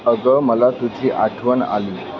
अगं मला तुझी आठवण आली